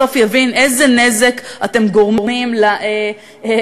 בסוף יבין איזה נזק אתם גורמים למצב